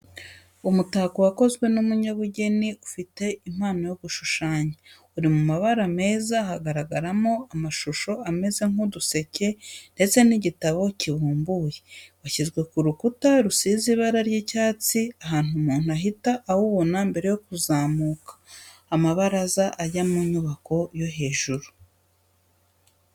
Umutako wakozwe n'umunyabugeni ufite impano yo gushushanya, uri mu mabara meza hagaragaramo amashusho ameze nk'uduseke ndetse n'igitabo kibumbuye, washyizwe ku rukuta rusize ibara ry'icyatsi ahantu umuntu ahita awubona mbere yo kuzamuka amabaraza ajya mu nyubako yo hejuru.